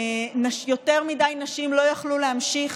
יותר מדי נשים לא יכלו להמשיך